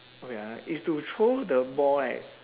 wait ah is to throw the ball right